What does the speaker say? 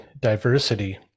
diversity